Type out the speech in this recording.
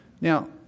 Now